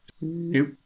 Nope